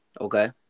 Okay